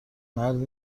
مرد